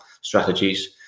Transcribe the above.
strategies